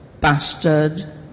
bastard